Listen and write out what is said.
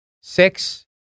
Six